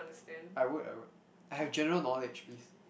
I would I would I have general knowledge please